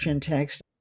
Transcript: text